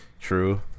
true